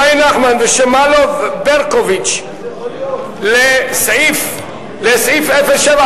שי נחמן ושמאלוב-ברקוביץ לסעיף 07,